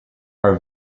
are